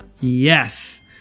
Yes